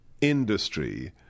industry